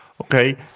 Okay